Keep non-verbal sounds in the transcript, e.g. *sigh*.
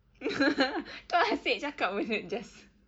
*laughs* kau asyik cakap benda just